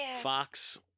Fox